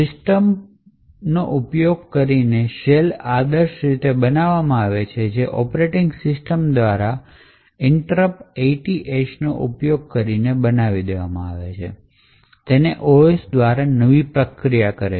system પર ઉપયોગ કરીને શેલ આદર્શ રીતે બનાવવામાં આવે છે જે ઓપરેટિંગ સિસ્ટમ દ્વારા interrupt 80H નો ઉપયોગ કરી ને બનવામાં આવે છે તેને OS દ્વારા નવી પ્રક્રિયા કહે